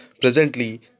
Presently